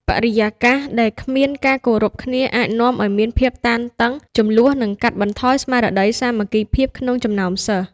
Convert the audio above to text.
បរិយាកាសដែលគ្មានការគោរពគ្នាអាចនាំឲ្យមានភាពតានតឹង ជម្លោះ និងកាត់បន្ថយស្មារតីសាមគ្គីភាពក្នុងចំណោមសិស្ស។